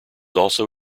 also